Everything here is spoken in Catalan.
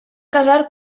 casar